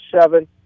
seven